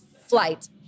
Flight